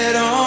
on